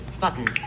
Button